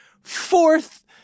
fourth